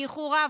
באיחור רב,